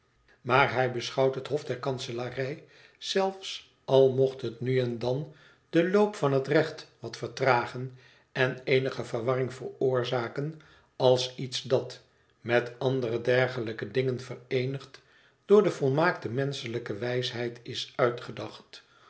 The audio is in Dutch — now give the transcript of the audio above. maar hij beschouwt het hof der kanselarij zelfs al mocht het nu en dan den loop van het recht wat vertragen en eenige verwarring veroorzaken als iets dat met andere dergelijke dingen vereenigd door de volmaaktste menschelijke wijsheid is uitgedacht